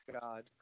God